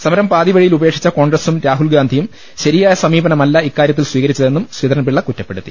സമരം പാതിവഴിയിൽ ഉപേക്ഷിച്ച കോൺഗ്രസും രാഹുൽഗാ ന്ധിയും ശരിയായ സമീപനമല്ല ഇക്കാര്യത്തിൽ സ്വീകരിച്ച തെന്നും ശ്രീധരൻപിള്ള കുറ്റപ്പെടുത്തി